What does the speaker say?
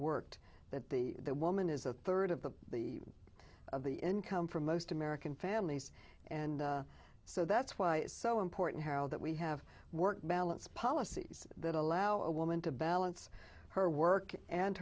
worked that the woman is a third of the of the income for most american families and so that's why it's so important that we have work balance policies that allow a woman to balance her work and